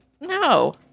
No